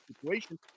situation